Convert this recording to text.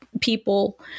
people